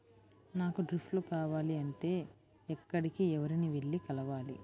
నాకు డ్రిప్లు కావాలి అంటే ఎక్కడికి, ఎవరిని వెళ్లి కలవాలి?